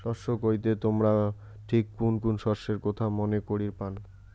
শস্য কইতে তোমরা ঠিক কুন কুন শস্যের কথা মনে করির পান?